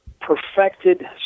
perfected